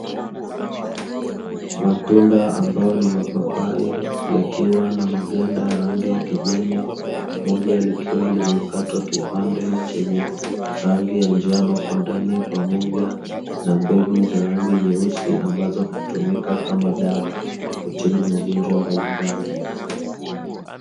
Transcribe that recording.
Matunda ambayo ni mapapai yakiwa na maganda ya rangi ya kijani, moja likiwa limekatwa kipande chenye rangi ya njano kwa ndani, pamoja na mbegu za rangi nyeusi ambazo hutumika kama dawa kutibu magonjwa mbalimbali.